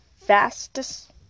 fastest